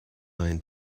line